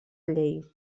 llei